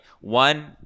one